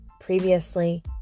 previously